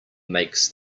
makes